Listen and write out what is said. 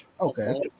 Okay